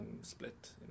Split